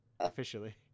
officially